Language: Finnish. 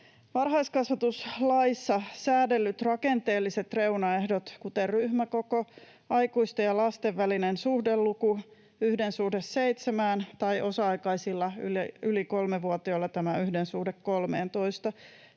Varhaiskasvatuslaissa säädellyt rakenteelliset reunaehdot, kuten ryhmäkoko, aikuisten ja lasten välinen suhdeluku 1:7 — tai osa-aikaisilla yli kolmevuotiailla 1:13